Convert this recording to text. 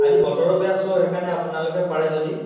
আজি বতৰো বেয়া চ' সেইকাৰণে আপোনালোকে পাৰে যদি